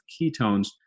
ketones